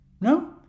No